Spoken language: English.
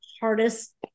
hardest